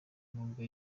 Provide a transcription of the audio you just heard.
nubwo